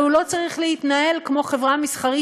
אבל הוא לא צריך להתנהל כמו חברה מסחרית